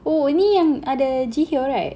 oh ini yang ada Jihyo right